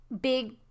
big